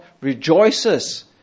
rejoices